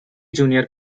junior